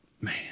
Man